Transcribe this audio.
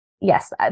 Yes